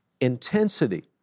intensity